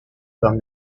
from